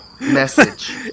message